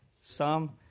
Psalm